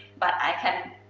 but i can,